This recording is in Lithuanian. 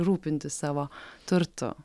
rūpintis savo turtu